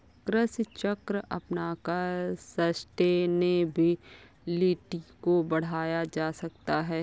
कृषि चक्र अपनाकर सस्टेनेबिलिटी को बढ़ाया जा सकता है